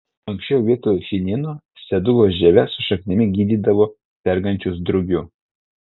anksčiau vietoj chinino sedulos žieve su šaknimi gydydavo sergančius drugiu